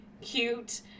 cute